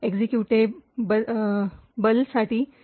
LST objdump disassemble all hello hello